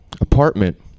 apartment